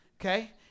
okay